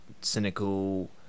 cynical